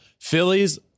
Phillies